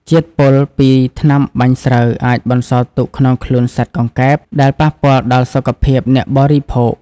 ជាតិពុលពីថ្នាំបាញ់ស្រូវអាចបន្សល់ទុកក្នុងខ្លួនសត្វកង្កែប ដែលប៉ះពាល់ដល់សុខភាពអ្នកបរិភោគ។